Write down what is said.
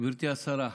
גברתי השרה,